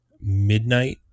midnight